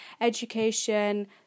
education